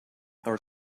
our